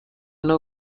نوع